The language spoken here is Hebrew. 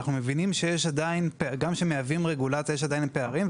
אנחנו מבינים שגם כשמייבאים רגולציה עדיין יש פערים,